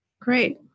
Great